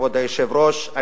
כבוד היושב-ראש.